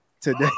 Today